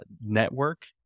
network